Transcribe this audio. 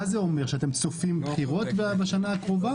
מה זה אומר, שאתם צופים בחירות בשנה הקרובה?